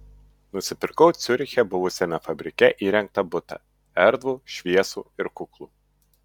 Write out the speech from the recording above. nusipirkau ciuriche buvusiame fabrike įrengtą butą erdvų šviesų ir kuklų